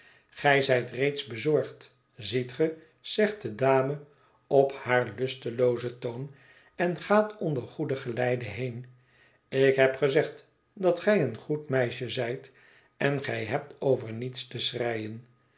gij zijt reeds bezorgd ziet ge zegt de dame op haar lusteloozen toon en gaat onder goed geleide heen ik heb gezegd dat gij een goed meisje zijt en gij hebt over niets te schreien